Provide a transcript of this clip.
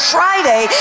Friday